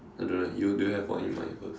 I don't know eh you do you have one in mind first